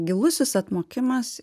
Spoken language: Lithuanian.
gilusis atmokimas